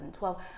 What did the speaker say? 2012